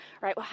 Right